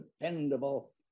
dependable